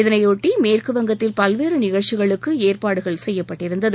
இதனையொட்டி மேற்குவங்கத்தில் பல்வேறு நிகழ்ச்சிகளுக்கு ஏற்பாடு செய்யப்பட்டிருந்தது